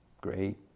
great